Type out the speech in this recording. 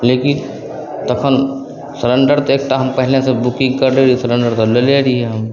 लेकिन तखन सिलेण्डर तऽ एकटा हम पहिलेसे बुकिन्ग करले रहिए सिलेण्डरके लेले रहिए हम